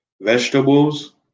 vegetables